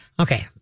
Okay